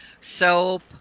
soap